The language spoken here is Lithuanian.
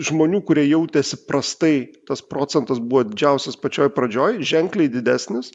žmonių kurie jautėsi prastai tas procentas buvo didžiausias pačioj pradžioj ženkliai didesnis